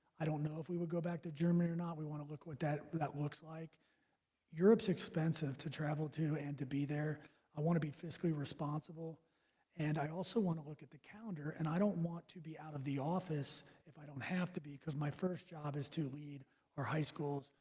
i don't know if we would go back to germany or not. we want to look with that. that looks like europe's expensive to travel to and to be there i want to be fiscally responsible and i also want to look at the calendar and i don't want to be out of the office if i don't have to because my first job is to lead our high schools.